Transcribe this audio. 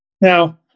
Now